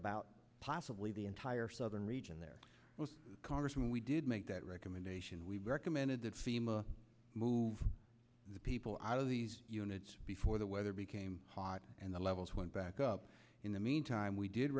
about possibly the entire southern region there was congressman we did make that recommendation we recommended that fema move people out of these units before the weather became hot and the levels went back up in the meantime we did